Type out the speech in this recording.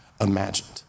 imagined